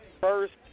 first